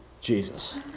Jesus